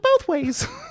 Bothways